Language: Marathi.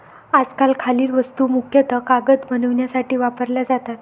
आजकाल खालील वस्तू मुख्यतः कागद बनवण्यासाठी वापरल्या जातात